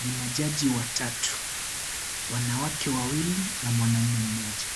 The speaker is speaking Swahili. Ni majaji watatu, wanawake wawii, na mwanaume mmoja,